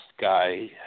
guy